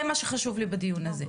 זה מה שחשוב לי בדיון הזה.